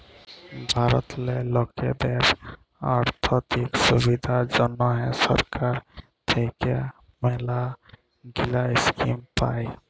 ভারতেল্লে লকদের আথ্থিক সুবিধার জ্যনহে সরকার থ্যাইকে ম্যালাগিলা ইস্কিম পায়